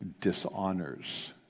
dishonors